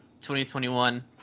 2021